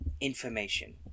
information